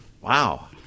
Wow